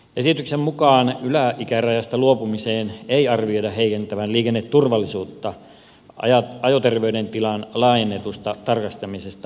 esityksen mukaan yläikärajasta luopumisen ei arvioida heikentävän liikenneturvallisuutta ajoterveydentilan laajennetusta tarkastamisesta johtuen